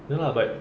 ya lah but